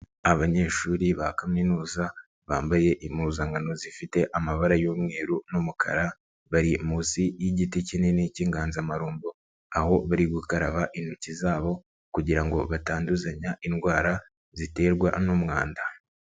Abanyeshuri ba kaminuza bambaye impuzankano zifite amabara y'umweru n'umukara, bari munsi y'igiti kinini cy'inganzamarumbo, aho bari gukaraba intoki zabo kugira ngo batanduzanya indwara ziterwa n'umwanda.